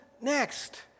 next